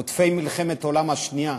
עודפי מלחמת העולם השנייה,